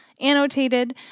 annotated